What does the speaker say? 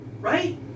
right